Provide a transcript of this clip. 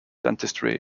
dentistry